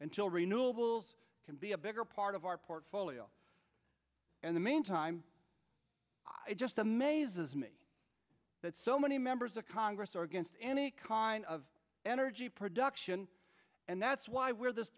until renewables can be a bigger part of our portfolio in the meantime i just amazes me that so many members of congress are against any con of energy production and that's why we're th